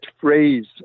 phrase